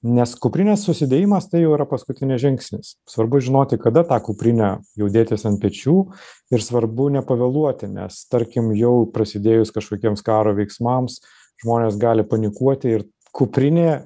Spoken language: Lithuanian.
nes kuprinės susidėjimas tai jau yra paskutinis žingsnis svarbu žinoti kada tą kuprinę jau dėtis ant pečių ir svarbu nepavėluoti nes tarkim jau prasidėjus kažkokiems karo veiksmams žmonės gali panikuoti ir kuprinė